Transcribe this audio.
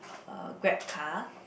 uh Grab car